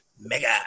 Mega